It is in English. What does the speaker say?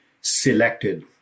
selected